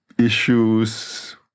issues